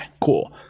cool